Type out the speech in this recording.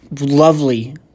lovely